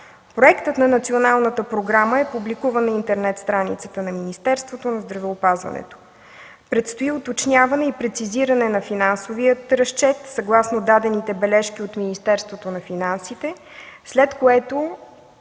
Проектът на Националната програма е публикуван на интернет страницата на Министерството на здравеопазването. Предстои уточняване и прецизиране на финансовия разчет съгласно дадените бележки от Министерството на финансите, след което